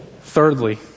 Thirdly